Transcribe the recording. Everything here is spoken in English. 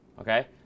okay